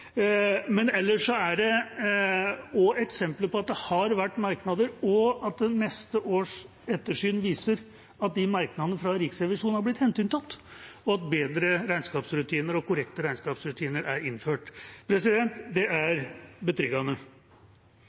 Ellers er det også eksempler på at det har vært merknader, og at neste års ettersyn viser at de merknadene fra Riksrevisjonen er blitt hensyntatt, og at bedre og korrekte regnskapsrutiner er innført. Det er betryggende.